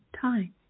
time